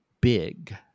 big